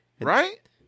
right